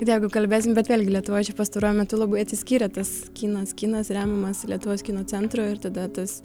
jeigu kalbėsim bet vėlgi lietuvoj čia pastaruoju metu labai atsiskyrę tas kinas kinas remiamas lietuvos kino centro ir tada tas